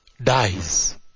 dies